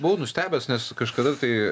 buvau nustebęs nes kažkada tai